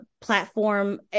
platform